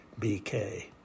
BK